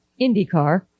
indycar